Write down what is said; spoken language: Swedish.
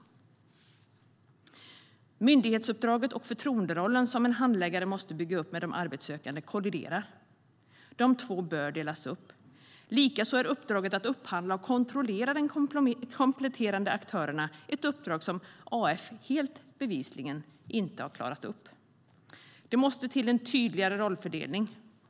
Myndighetsuppdraget och förtroenderollen som en handläggare måste bygga upp med de arbetssökande kolliderar. De två bör delas upp. Likaså är uppdraget att upphandla och kontrollera de kompletterande aktörerna ett uppdrag som Arbetsförmedlingen bevisligen inte har klarat. Det måste till en tydligare rollfördelning.